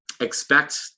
expect